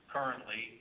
Currently